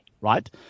right